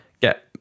get